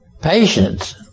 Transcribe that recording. Patience